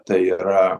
tai yra